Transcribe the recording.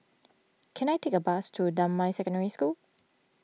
can I take a bus to Damai Secondary School